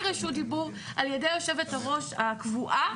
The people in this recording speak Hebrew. רשות דיבור על ידי היושבת-ראש הקבועה.